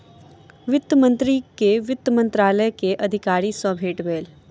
वित्त मंत्री के वित्त मंत्रालय के अधिकारी सॅ भेट भेल